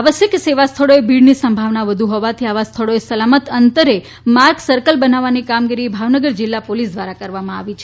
આવશ્યક સેવા સ્થળોએ ભીડની સંભાવના વધુ હોવાથી આવા સ્થળોએ સલામત અંતરે માર્કસ સર્કલ બનાવવાની કામગીરી ભાવનગર જીલ્લા પોલીસ ધ્વારા કરવામાં આવી છે